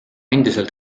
endiselt